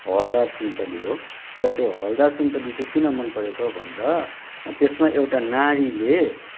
हवलदार सुन्तली हो र त्यो हवलदार सुन्तली चाहिँ किन मन परेको भन्दा त्यसमा एउटा नारीले